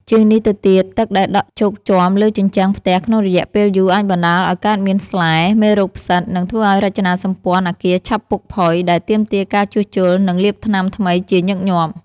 ជាងនេះទៅទៀត ទឹកដែលដក់ជោកជាំលើជញ្ជាំងផ្ទះក្នុងរយៈពេលយូរ អាចបណ្តាលឱ្យកើតមានស្លែ មេរោគផ្សិត និងធ្វើឱ្យរចនាសម្ព័ន្ធអគារឆាប់ពុកផុយ ដែលទាមទារការជួសជុល និងលាបថ្នាំថ្មីជាញឹកញាប់។